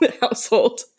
household